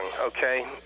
okay